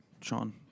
Sean